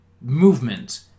movement